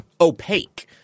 opaque